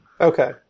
Okay